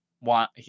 want